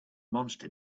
monster